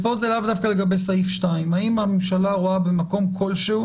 פה זה לאו דווקא לגבי סעיף 2. האם הממשלה רואה במקום כלשהו